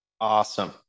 Awesome